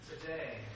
today